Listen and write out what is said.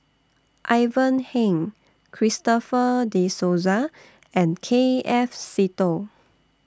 Ivan Heng Christopher De Souza and K F Seetoh